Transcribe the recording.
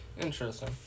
interesting